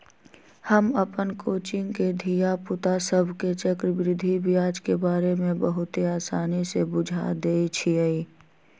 हम अप्पन कोचिंग के धिया पुता सभके चक्रवृद्धि ब्याज के बारे में बहुते आसानी से बुझा देइछियइ